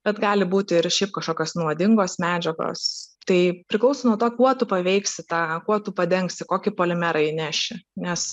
bet gali būti ir šiaip kažkokios nuodingos medžiagos tai priklauso nuo to kuo tu paveiksi tą kuo tu padengsi kokį polimerą įneši nes